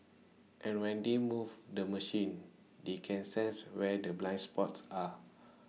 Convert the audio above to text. and when they move the machine they can sense where the blind spots are